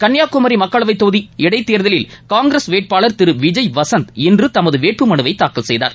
கன்னியாகுமரி மக்களவைத் தொகுதி இடைத்தோதலில் காங்கிரஸ் வேட்பாளர் திரு விஜய் வசந்த் இன்று தமது வேட்புமனுவை தாக்கல் செய்தார்